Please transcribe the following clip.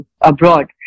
abroad